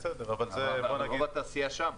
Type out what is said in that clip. רוב התעשייה שם.